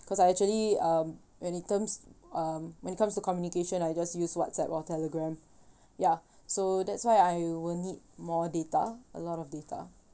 cause I actually um when in terms um when it comes to communication I just use whatsapp or telegram ya so that's why I will need more data a lot of data